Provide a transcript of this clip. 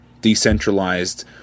decentralized